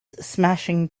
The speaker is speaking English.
smashing